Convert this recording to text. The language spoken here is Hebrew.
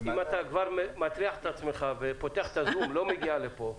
אם אתה כבר מטריח את עצמך ופותח את הזום ולא מגיע לפה,